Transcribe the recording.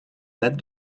date